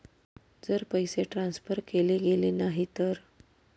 जर पैसे ट्रान्सफर केले गेले नाही तर?